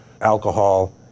alcohol